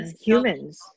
humans